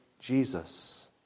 Jesus